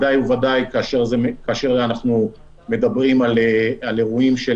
ודאי וודאי כאשר אנחנו מדברים על אירועים של